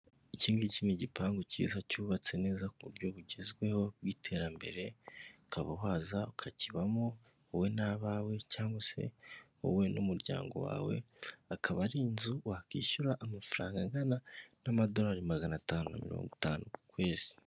Ikingiki ni igipangu kiza cyubatse neza ku buryo bugezweho bw'iterambere ukaba waza ukakibamo wowe n'abawe cyangwa se wowe n'umuryango wawe, akaba ari inzu wakwishyura amafaranga angana n'amadorari magana atanu na mirongo itanu ku kwezi.